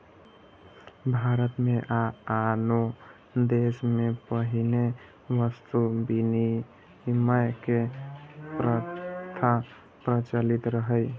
भारत मे आ आनो देश मे पहिने वस्तु विनिमय के प्रथा प्रचलित रहै